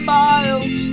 miles